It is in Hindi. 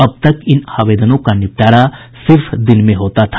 अब तक इन आवेदनों का निपटारा सिर्फ दिन में होता था